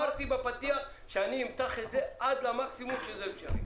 אמרתי בפתיח שאמתח את זה עד המקסימום האפשרי.